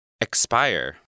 Expire